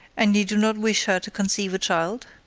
and you do not wish her to conceive a child?